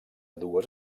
dues